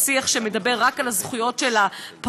השיח שמדבר רק על הזכויות של הפרט,